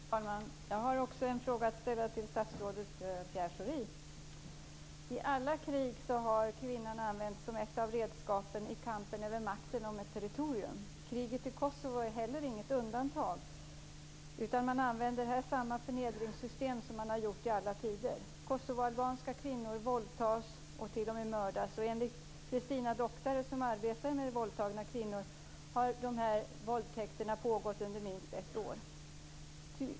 Fru talman! Jag har också en fråga att ställa till statsrådet Pierre Schori. I alla krig har kvinnor använts som ett av redskapen i kampen om makten över ett territorium. Kriget i Kosovo är inget undantag, utan man använder där samma förnedringssystem som man har gjort i alla tider. Kosovoalbanska kvinnor våldtas och t.o.m. mördas. Enligt Christina Doctare, som arbetar med våldtagna kvinnor, har de här våldtäkterna pågått under minst ett år.